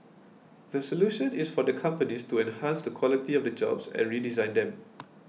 the solution is for the companies to enhance the quality of the jobs and redesign them